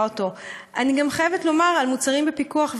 אני גם חייבת לומר על מוצרים בפיקוח.